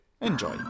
Enjoy